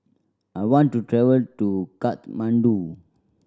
I want to travel to Kathmandu